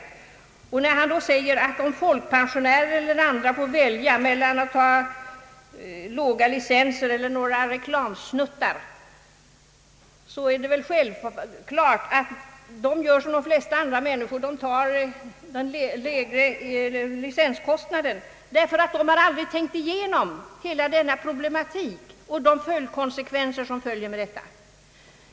Vidare vill jag säga till herr Axel Andersson att om folkpensionärer eller andra grupper i samhället får välja mellan låga licensavgifter och reklamsnuttar, är det väl självklart att dessa som de flesta andra människor väljer den lägre licenskostnaden. De flesta har aldrig tänkt igenom hela reklamproblematiken och de konsekvenser som kan uppstå av dem.